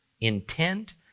intent